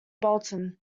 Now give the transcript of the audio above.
bolton